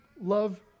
love